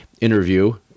interview